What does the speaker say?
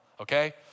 okay